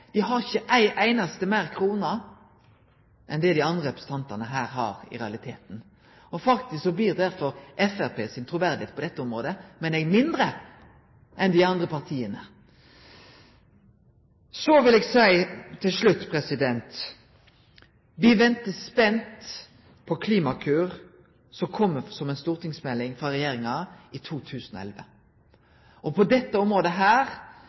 ikkje har ei einaste krone meir enn det dei andre representantane her har, i realiteten. Derfor blir faktisk Framstegspartiet sitt truverde på dette området – meiner eg – mindre enn dei andre partia sitt. Så vil eg til slutt seie at me ventar spent på Klimakur som kjem som ei stortingsmelding frå regjeringa i 2011. På dette området